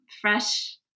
fresh